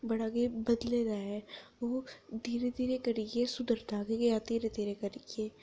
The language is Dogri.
बड़ा गै बदले दा ऐ ओह् धीरे धीरे करियै सुधरदा गै गेआ धीरे धीरे करियै